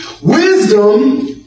Wisdom